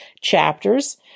chapters